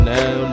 Now